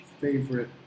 favorite